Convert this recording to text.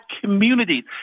communities